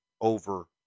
over